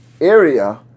area